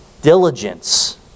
Diligence